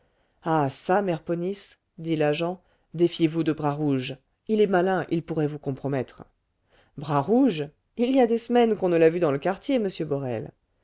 ah çà mère ponisse dit l'agent défiez-vous de bras rouge il est malin il pourrait vous compromettre bras rouge il y a des semaines qu'on ne l'a vu dans le quartier monsieur borel